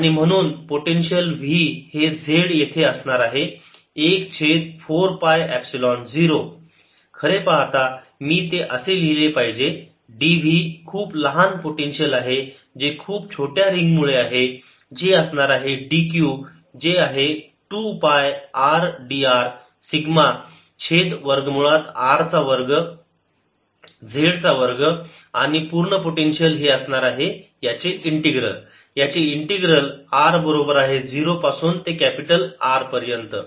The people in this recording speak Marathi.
आणि म्हणून पोटेन्शियल v हे z येथे असणार आहे 1 छेद 4 पाय एप्सिलॉन 0 खरे पाहता मी ते असे लिहिले पाहिजे dv खूप लहान पोटेन्शिअल आहे जे खूप छोट्या रिंग मुळे आहे जे असणार आहे dq जे आहे 2 पाय r dr सिग्मा छेद वर्ग मुळात r चा वर्ग z चा वर्ग आणि पूर्ण पोटेन्शिअल हे असणार आहे याचे इंटीग्रल याचे इंटीग्रल r बरोबर आहे 0 पासून ते कॅपिटल R पर्यंत